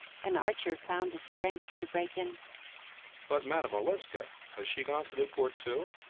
and archer found the strength to break in but madame olenska has she gone to newport too?